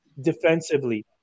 defensively